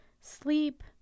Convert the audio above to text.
sleep